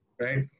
Right